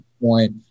point